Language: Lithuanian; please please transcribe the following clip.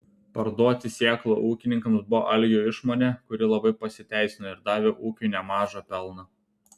parduoti sėklą ūkininkams buvo algio išmonė kuri labai pasiteisino ir davė ūkiui nemažą pelną